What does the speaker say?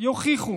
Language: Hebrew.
יוכיחו